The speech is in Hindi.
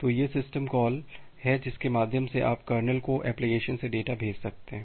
तो यह सिस्टम कॉल हैं जिसके माध्यम से आप कर्नेल को एप्लिकेशन से डेटा भेज सकते हैं